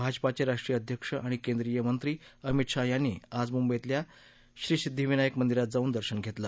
भाजपाचे राष्ट्रीय अध्यक्ष आणि केंद्रीय मंत्री अमित शहा यांनी आज मुंबईतल्या श्रीसिध्दीविनायक मंदिरात जाऊन दर्शन घेतलं